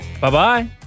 Bye-bye